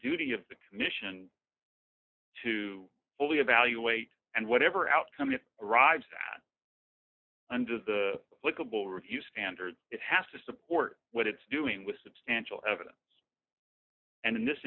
duty of the commission to fully evaluate and whatever outcome is arrives that under the clickable review standards it has to support what it's doing with substantial evidence and in this